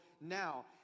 now